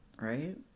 right